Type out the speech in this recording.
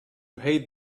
hate